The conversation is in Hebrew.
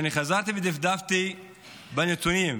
אני חזרתי ודפדפתי בנתונים,